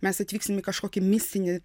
mes atvyksim į kažkokį mistinį